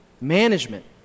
management